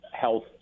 health